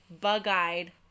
bug-eyed